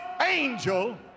angel